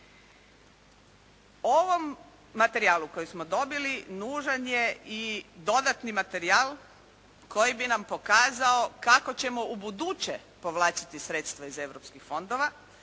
Ovom materijalu koji smo dobili nužan je i dodatni materijal koji bi nam pokazao kako ćemo i ubuduće povlačiti sredstva iz europskih fondova,